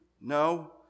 No